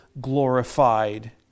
glorified